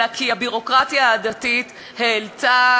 אלא כי הביורוקרטיה הדתית העלתה